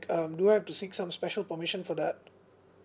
um do I have to seek some special permission for that